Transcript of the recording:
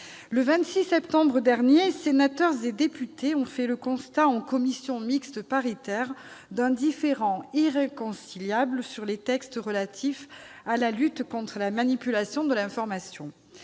le 26 septembre dernier, sénateurs et députés réunis en commission mixte paritaire ont fait le constat d'un différend irréconciliable sur les textes relatifs à la lutte contre la manipulation de l'information.